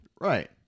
right